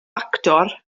actor